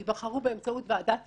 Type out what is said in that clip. ייבחרו באמצעות ועדת איתור.